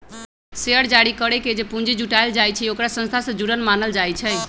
share जारी करके जे पूंजी जुटाएल जाई छई ओकरा संस्था से जुरल मानल जाई छई